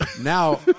Now